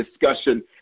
discussion